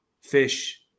fish